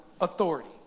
authority